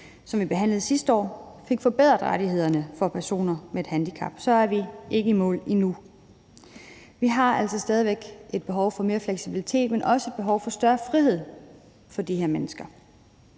som vi behandlede sidste år, fik forbedret rettighederne for personer med et handicap, så er vi ikke i mål endnu. Vi har altså stadig væk et behov for mere fleksibilitet, men også et behov for en større frihed for de her mennesker.